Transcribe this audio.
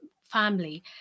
family